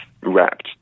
wrapped